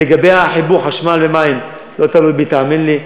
לגבי חיבור חשמל ומים, לא תלוי בי, תאמין לי.